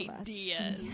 ideas